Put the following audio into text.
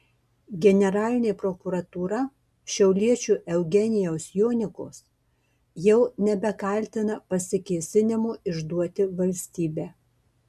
generalinė prokuratūra šiauliečio eugenijaus jonikos jau nebekaltina pasikėsinimu išduoti valstybę